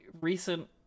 recent